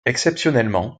exceptionnellement